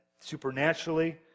supernaturally